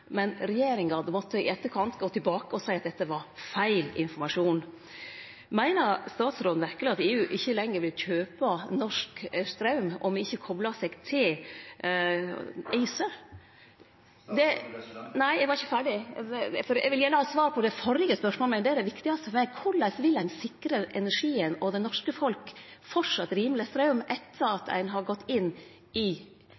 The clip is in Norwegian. men regjeringa måtte i etterkant gå tilbake og seie at dette var feil informasjon. Meiner statsråden verkeleg at EU ikkje lenger vil kjøpe norsk straum om ein ikkje koplar seg til ACER? Statsråd Berger Røsland. Nei, eg var ikkje ferdig. Eg vil gjerne ha svar på det førre spørsmålet mitt, det er det viktigaste: Korleis vil ein sikre energien og framleis sikre det norske folk rimeleg straum etter